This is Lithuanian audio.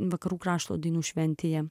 vakarų krašto dainų šventėje